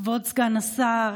כבוד סגן השר